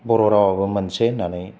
बर' रावाबो मोनसे होन्नानै